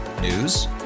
News